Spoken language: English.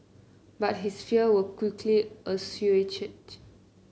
but his fear were quickly assuaged